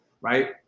Right